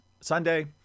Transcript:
Sunday